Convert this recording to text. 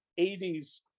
80s